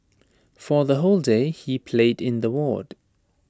for the whole day he played in the ward